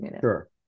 Sure